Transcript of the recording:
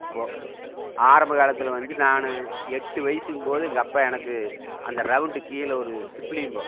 இப்போது ஆரம்ப காலத்தில் வந்து நான் எட்டு வயசு இருக்கும்போது எங்கள் அப்பா எனக்கு அந்த ரவுண்டு கீழே ஒரு சிப்பிலிம்போம்